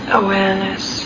awareness